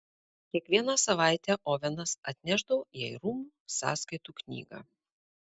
kiekvieną savaitę ovenas atnešdavo jai rūmų sąskaitų knygą